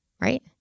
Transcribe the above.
right